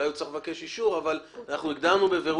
אולי הוא צריך לבקש אישור אבל אנחנו הגדרנו בבירור,